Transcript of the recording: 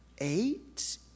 eight